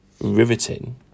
riveting